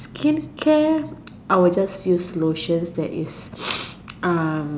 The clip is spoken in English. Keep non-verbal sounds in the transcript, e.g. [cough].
skin care I will just use lotion that is [noise] um